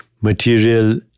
material